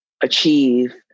achieve